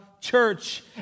church